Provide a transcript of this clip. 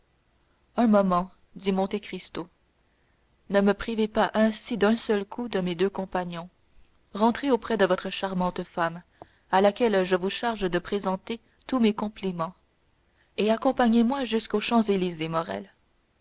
un moment dit monte cristo ne me privez pas ainsi d'un seul coup de mes deux compagnons rentrez auprès de votre charmante femme à laquelle je vous charge de présenter tous mes compliments et accompagnez-moi jusqu'aux champs-élysées